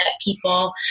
people